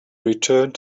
returned